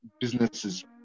businesses